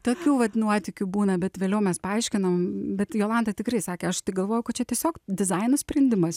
tokių vat nuotykių būna bet vėliau mes paaiškinom bet jolanta tikrai sakė aš tai galvojau kad čia tiesiog dizaino sprendimas